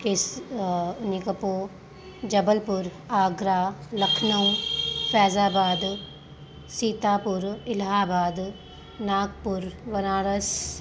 case इन खां पोइ जबलपुर आगरा लखनऊ फैज़ाबाद सितापुर इलाहाबाद नागपुर बनारस